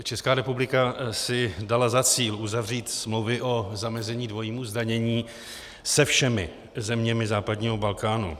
Česká republika si dala za cíl uzavřít smlouvy o zamezení dvojímu zdanění se všemi zeměmi západního Balkánu.